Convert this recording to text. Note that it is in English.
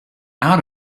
out